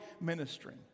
ministering